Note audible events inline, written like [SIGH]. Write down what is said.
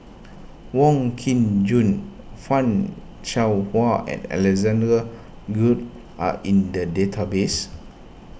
Wong Kin Jong Fan Shao Hua and Alexander [UNINTELLIGIBLE] are in the database